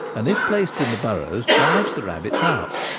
and, if placed in the burrows, drives the rabbits out.